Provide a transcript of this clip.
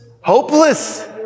Hopeless